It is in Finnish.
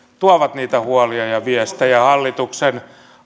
tuovat niitä huolia ja viestejä hallituksen